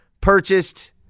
purchased